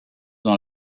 dans